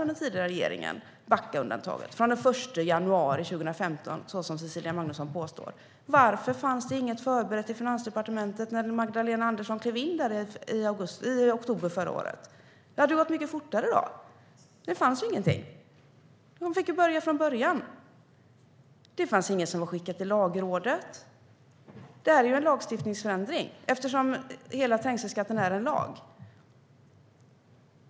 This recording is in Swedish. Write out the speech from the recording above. Om den tidigare regeringen hade tänkt införa Backaundantaget från den 1 januari 2015, som Cecilia Magnusson påstår, undrar jag: Varför fanns det inget förberett i Finansdepartementet när Magdalena Andersson klev in där i oktober? Det hade gått mycket fortare då. Det fanns ingenting. Hon fick börja från början. Det fanns inget som var skickat till Lagrådet. Det här är ju en lagstiftningsförändring, eftersom hela trängselskatten är en lag.